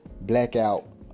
Blackout